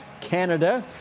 Canada